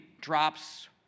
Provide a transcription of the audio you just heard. drops